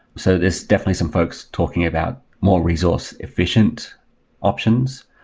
so there's definitely some folks talking about more resource-efficient options.